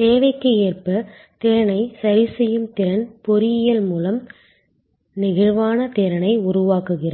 தேவைக்கு ஏற்ப திறனை சரிசெய்யும் திறன் பொறியியல் மூலம் நெகிழ்வான திறனை உருவாக்குகிறது